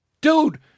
Dude